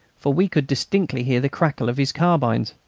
for we could distinctly hear the crackle of his carbines.